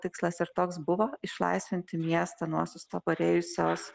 tikslas ir toks buvo išlaisvinti miestą nuo sustabarėjusios